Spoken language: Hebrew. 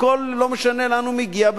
לא משנה לאן הוא מגיע,